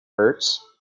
hurts